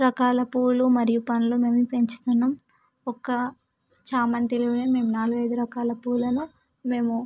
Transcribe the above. రకాలపూలు మరియు పండ్లు మేముపెంచుతున్నాం ఒక్క చామంతి మేము నాలుగైదు రకాల పూలను మేము